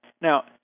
Now